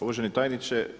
Uvaženi tajniče.